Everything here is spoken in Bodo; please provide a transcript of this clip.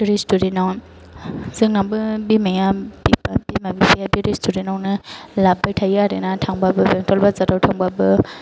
रेस्टुरेन्ट आव जोंनाबो बिमा बिफाया बे रेस्टुरेन्ट आवनो लाबोबाय थायो आरो ना थांबाबो बेंथल बाजाराव थांबाबो